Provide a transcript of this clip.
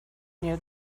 near